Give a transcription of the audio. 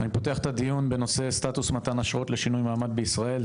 הדיון בנושא סטטוס מתן אשרות לשינוי מעמד בישראל,